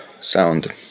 sound